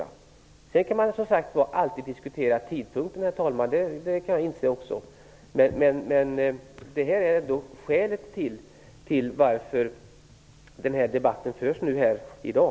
Också jag kan inse, herr talman, att man kan diskutera tidpunkten, men detta är skälet till att den här debatten förs här i dag.